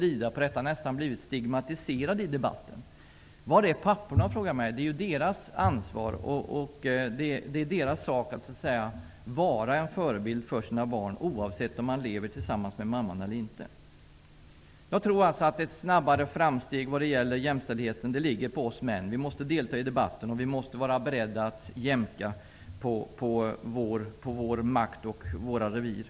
Det har på något sätt nästan blivit stigmatiserade i debatten. Var är papporna? Det är deras ansvar att vara en förebild för sina barn oavsett om de lever tillsammans med mamman eller inte. Jag tror att snabbare framsteg i fråga om jämställdhet ligger på oss män. Vi måste delta i debatten, och vi måste vara beredda att jämka på vår makt och våra revir.